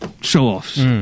show-offs